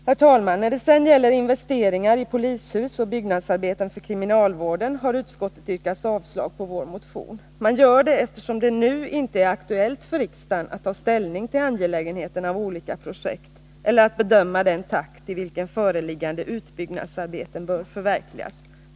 Herr talman! När det sedan gäller investeringar i polishus och byggnadsarbeten för kriminalvården har utskottet yrkat avslag på vår motion. Man gör det eftersom det — som det står i betänkandet — nu inte är aktuellt för riksdagen att ta ställning till angelägenheten av olika projekt eller att bedöma den takt i vilken föreliggande utbyggnadsarbeten bör förverkligas.